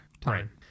time